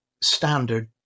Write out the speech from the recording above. standard